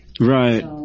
Right